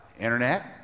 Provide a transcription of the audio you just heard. Internet